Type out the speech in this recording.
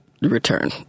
Return